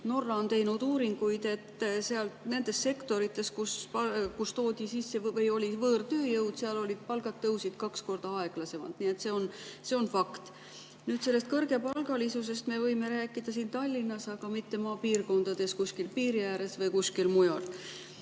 Norra on teinud uuringuid, et nendes sektorites, kuhu toodi sisse või kus oli võõrtööjõudu, tõusid palgad kaks korda aeglasemalt. See on fakt. Kõrgepalgalisusest me võime rääkida siin Tallinnas, aga mitte maapiirkondades, kuskil piiri ääres või kuskil mujal.